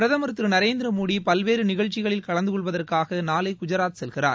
பிரதமர் திரு நரேந்திரமோடி பல்வேறு நிகழ்ச்சிகளில் கலந்துகொள்வதற்காக நாளை குஜராத் செல்கிறார்